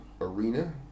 arena